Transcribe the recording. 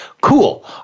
cool